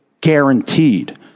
guaranteed